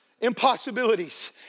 impossibilities